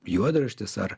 juodraštis ar